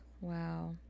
wow